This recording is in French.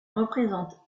représente